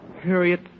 Harriet